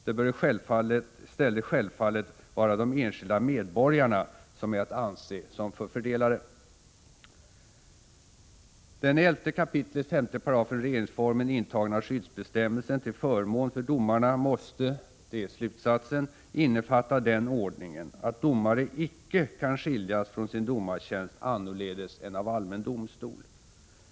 Det bör i stället självfallet vara de enskilda medborgarna som är att anse som förfördelade. Deni 11 kap. 5 § regeringsformen intagna skyddsbestämmelsen till förmån för domarna måste — det är slutsatsen — innefatta den ordningen att domare icke kan skiljas från sin domartjänst annorledes än av allmän domstol.